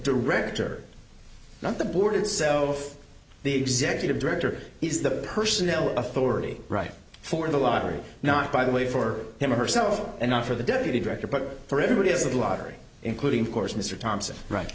director not the board itself the executive director is the personnel authority right for the lottery not by the way for him or herself and not for the deputy director but for everybody is that lottery including